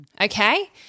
okay